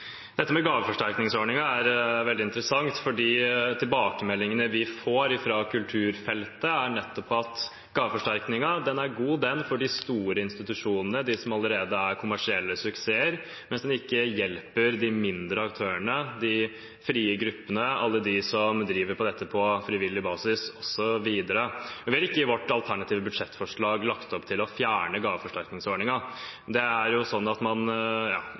Dette med gaveforsterkningsordningen er veldig interessant, for tilbakemeldingene vi får fra kulturfeltet, er nettopp at gaveforsterkningen er god for de store institusjonene, de som allerede er kommersielle suksesser, mens den ikke hjelper de mindre aktørene, de frie gruppene, alle de som driver med kultur på frivillig basis, osv. Vi har ikke i vårt alternative budsjettforslag lagt opp til å fjerne gaveforsterkningsordningen, men det er jo sånn at i disse budsjettene trenger man